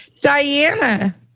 Diana